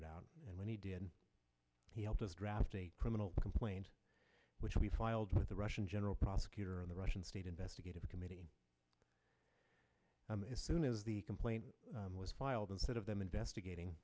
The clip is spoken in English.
it out and when he did he helped us draft a criminal complaint which we filed with the russian general prosecutor in the russian state investigative committee and as soon as the complaint was filed instead of them investigating